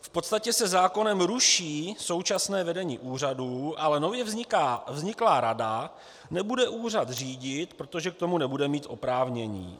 V podstatě se zákonem ruší současné vedení úřadu, ale nově vzniklá rada nebude úřad řídit, protože k tomu nebude mít oprávnění.